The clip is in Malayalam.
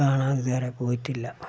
കാണാൻ വേറെ പോയിട്ടില്ല